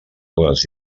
les